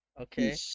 Okay